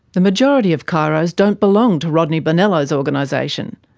the majority of chiros don't belong to rodney bonello's organisation,